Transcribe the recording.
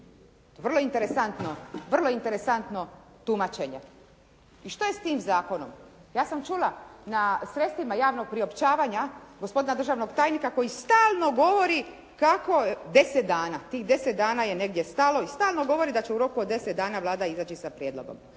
Vrlo interesantno tumačenje. I šta je s tim zakonom? Ja sam čula na sredstvima javnog priopćavanja gospodina državnog tajnika koji stalno govori kako deset dana, tih deset dana je negdje stalo i stalno govori da će u roku od deset dana Vlada izaći sa prijedlogom.